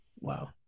Wow